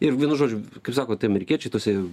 ir vienu žodžiu kaip sako tie amerikiečiai tose